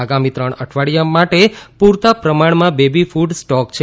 આગામી ત્રણ અઠવાડિયા માટે પૂરતા પ્રમાણમાં બેબી ફ્રડ સ્ટોક છે